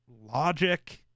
Logic